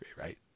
right